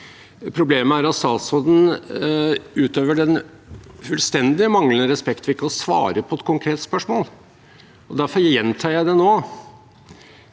Problemet er at statsråden utøver en fullstendig manglende respekt ved ikke å svare på et konkret spørsmål. Derfor gjentar jeg det nå